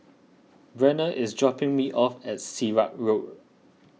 Brenna is dropping me off at Sirat Road